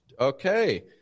okay